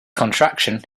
contraction